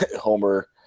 Homer